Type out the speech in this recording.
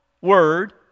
word